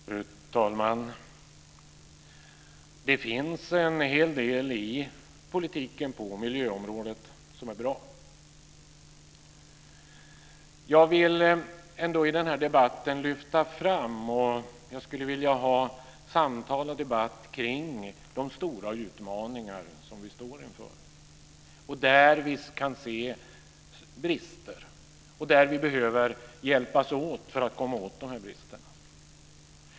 Fru talman! Det finns en hel del i politiken på miljöområdet som är bra. Jag vill ändå i den här debatten lyfta fram, ha samtal och debatt kring de stora utmaningar som vi står inför och där vi kan se brister som vi behöver hjälpas åt för att komma åt.